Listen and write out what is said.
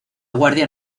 guardia